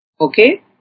Okay